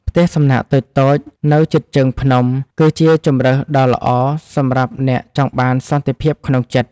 ផ្ទះសំណាក់តូចៗនៅជិតជើងភ្នំ គឺជាជម្រើសដ៏ល្អសម្រាប់អ្នកចង់បានសន្តិភាពក្នុងចិត្ត។